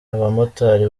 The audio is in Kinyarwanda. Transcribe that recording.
abamotari